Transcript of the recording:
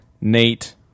Nate